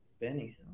Benny